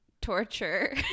torture